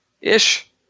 ish